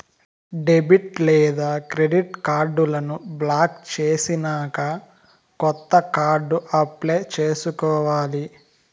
debit లేదా credit కార్డులను block చేసినాక కొత్త కార్డు అప్లై చేసుకోవాలి